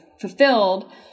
fulfilled